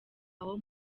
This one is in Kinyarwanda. aho